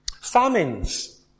Famines